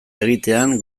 egitean